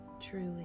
Truly